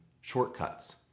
shortcuts